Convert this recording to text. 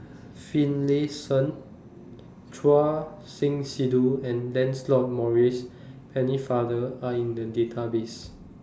Finlayson Choor Singh Sidhu and Lancelot Maurice Pennefather Are in The Database